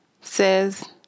says